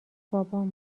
بابام